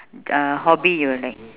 uh hobby you like